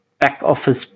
back-office